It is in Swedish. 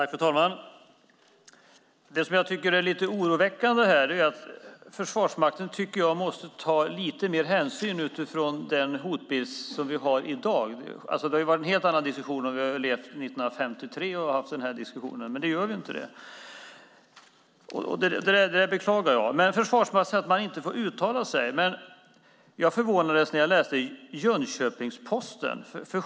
Fru talman! Det som jag tycker är lite oroväckande här är att Försvarsmakten borde ta lite mer hänsyn utifrån den hotbild som vi har i dag. Det skulle ha varit en helt annan diskussion om vi skulle ha levt 1953 och fört den då. Men nu gör vi inte det. Jag beklagar detta. Försvarsmakten säger att man inte får uttala sig. Jag förvånades när jag läste Jönköpings-Posten.